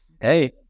Hey